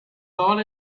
thought